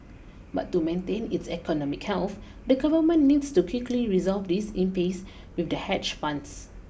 but to maintain its economic health the government needs to quickly resolve this impasse with the hedge funds